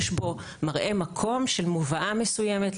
יש בו מראה מקום של מבואה מסוימת,